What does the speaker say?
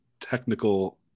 Technical